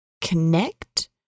connect